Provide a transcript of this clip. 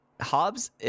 Hobbs